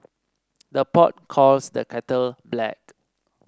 the pot calls the kettle black